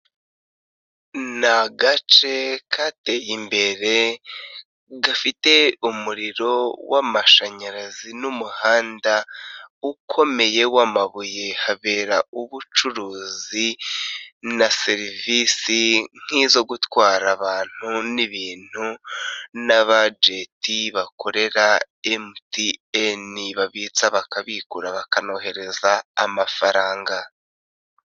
Ni agace kateye imbere gafite umuriro w'amashanyarazi n'umuhanda ukomeye w'amabuye, habera ubucuruzi na serivise nk'izo gutwara abantu n'ibintu n'abajenti bakorera MTN, babitsa, bakabigura, bakanohereza amafaranga.